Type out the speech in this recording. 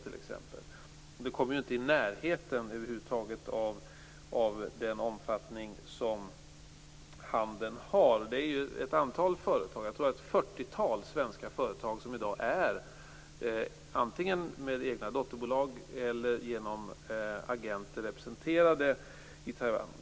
De kommer över huvud taget inte i närheten av den omfattning som handeln med Taiwan har. Det är ett antal svenska företag, jag tror det är ett fyrtiotal, som i dag antingen med egna dotterbolag eller genom agenter är representerade i Taiwan.